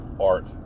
art